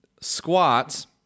squats